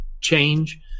change